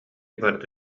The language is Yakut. барыта